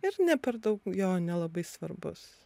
ir ne per daug jo nelabai svarbus